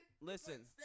listen